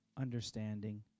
understanding